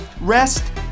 rest